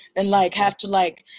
and like have to like.